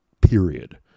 period